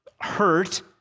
hurt